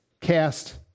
cast